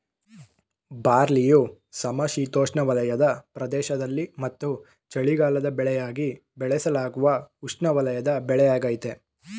ಬಾರ್ಲಿಯು ಸಮಶೀತೋಷ್ಣವಲಯದ ಪ್ರದೇಶದಲ್ಲಿ ಮತ್ತು ಚಳಿಗಾಲದ ಬೆಳೆಯಾಗಿ ಬೆಳೆಸಲಾಗುವ ಉಷ್ಣವಲಯದ ಬೆಳೆಯಾಗಯ್ತೆ